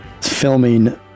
filming